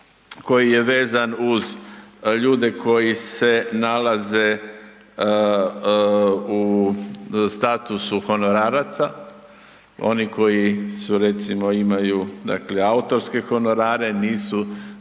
koji je vezan uz ljude koji se nalaze u statusu honoraraca, oni koji su recimo, imaju, dakle autorske honorare, nisu,